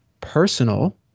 personal